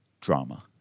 drama